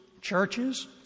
churches